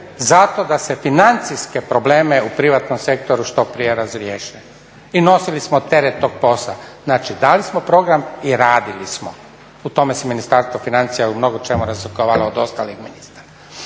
zato da se financijske probleme u privatnom sektoru što prije razriješi i nosili smo teret tog posla. Znači, dali smo program i radili smo. U tome se Ministarstvo financija u mnogo čemu razlikovalo od ostalih ministarstava.